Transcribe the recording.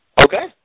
Okay